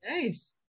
Nice